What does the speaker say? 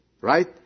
Right